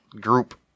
group